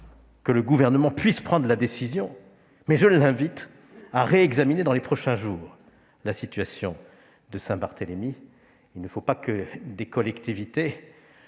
que le Gouvernement puisse prendre cette décision de prolongation, mais je l'invite à réexaminer dans les prochains jours la situation de Saint-Barthélemy. Il ne faut pas que des collectivités